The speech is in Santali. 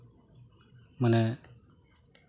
ᱢᱟᱱᱮ